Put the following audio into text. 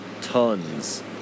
tons